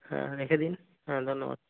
হ্যাঁ রেখে দিন হ্যাঁ ধন্যবাদ